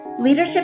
Leadership